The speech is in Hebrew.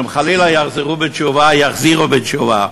הם חלילה יחזרו בתשובה, יחזירו בתשובה.